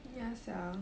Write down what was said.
ya sia